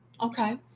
Okay